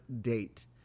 date